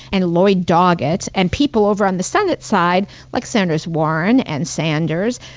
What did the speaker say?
and lloyd doggett, and people over on the senate side like senators warren and sanders,